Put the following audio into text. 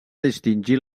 distingir